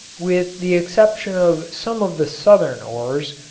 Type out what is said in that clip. with the exception of some of the southern ores,